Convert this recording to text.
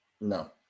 No